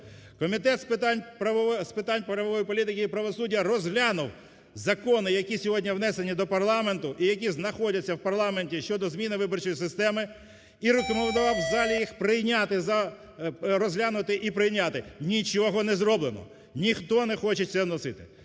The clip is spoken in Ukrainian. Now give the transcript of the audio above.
Комітет з питань правової політики і правосуддя розглянув закони, які сьогодні внесені до парламенту і які знаходяться в парламенті, щодо зміни виборчої системи і рекомендував в залі їх прийняти, розглянути і прийняти. Нічого не зроблено, ніхто не хоче це вносити.